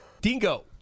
Dingo